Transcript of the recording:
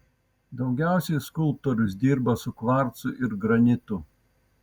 daugiausiai skulptorius dirba su kvarcu ir granitu